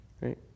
right